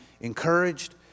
encouraged